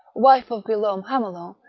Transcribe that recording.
wife of guillaume hamelin,